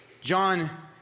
John